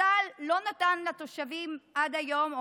צה"ל לא נתן לתושבים עד היום,